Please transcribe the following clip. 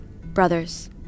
brothers